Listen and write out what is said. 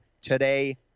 today